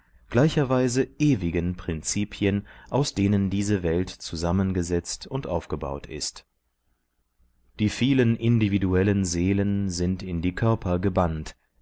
gleicherweise ewigen prinzipien aus denen diese welt zusammengesetzt und aufgebaut ist die vielen individuellen seelen sind in die körper gebannt